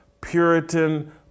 Puritan